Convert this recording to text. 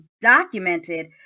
documented